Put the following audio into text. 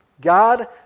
God